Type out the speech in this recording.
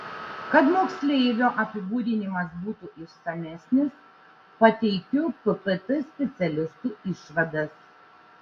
kad moksleivio apibūdinimas būtų išsamesnis pateikiu ppt specialistų išvadas